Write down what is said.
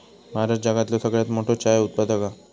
भारत जगातलो सगळ्यात मोठो चाय उत्पादक हा